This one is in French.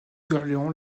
d’orléans